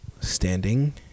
standing